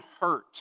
hurt